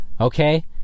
okay